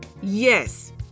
Yes